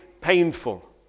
painful